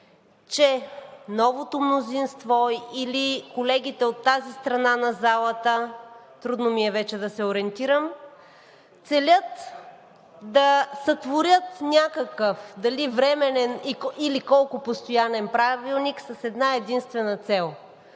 че новото мнозинство или колегите от тази страна на залата – трудно ми е вече да се ориентирам, целят да сътворят някакъв – дали временен, или колко постоянен правилник, с една-единствена цел